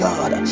God